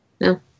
No